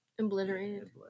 Obliterated